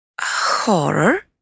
horror